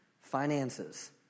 finances